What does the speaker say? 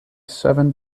seven